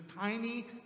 tiny